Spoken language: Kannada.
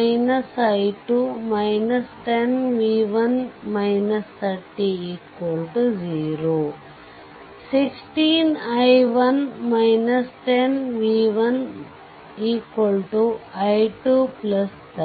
10v1 300 16i1 10v1i230